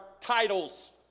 titles